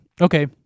okay